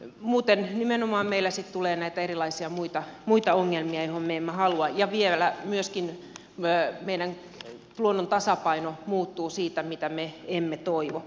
muuten nimenomaan meillä sitten tulee näitä erilaisia muita ongelmia joita me emme halua ja vielä myöskin meidän luonnon tasapaino muuttuu siitä mitä me emme toivo